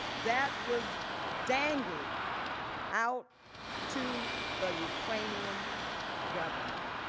that was dangled out to the ukrainian government.